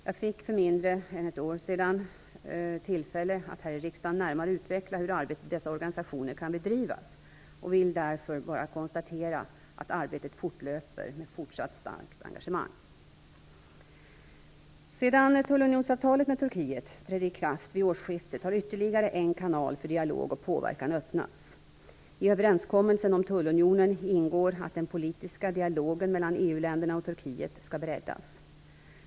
Jag fick för mindre än ett år sedan tillfälle att här i riksdagen närmare utveckla hur arbetet i dessa organisationer kan bedrivas och vill därför bara konstatera att arbetet fortlöper med fortsatt starkt engagemang. Sedan tullunionsavtalet med Turkiet trädde i kraft vid årsskiftet har ytterligare en kanal för dialog och påverkan öppnats. I överenskommelsen om tullunionen ingår att den politiska dialogen mellan EU länderna och Turkiet skall breddas.